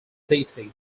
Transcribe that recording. deity